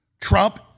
Trump